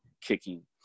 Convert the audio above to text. kicking